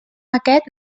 aquest